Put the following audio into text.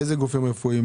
איזה גופים רפואיים?